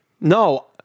No